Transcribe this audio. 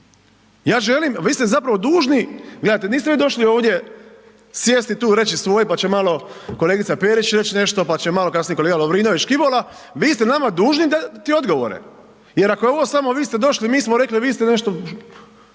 su. Vi ste zapravo dužni, gledajte niste vi došli ovdje sjesti tu i reći svoje pa će malo kolegica Perić reći nešto, pa će malo kasnije kolega Lovrinović, Škibola, vi ste nama dužni dati odgovore jer ako je ovo vi ste došli, mi smo rekli, vi ste nešto